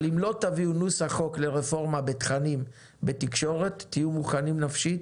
אבל אם לא תביאו נוסח חוק לרפורמה בתכנים בתקשורת תהיו מוכנים נפשית